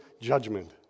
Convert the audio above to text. judgment